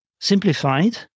simplified